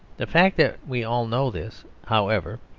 the fact that we all know this, however,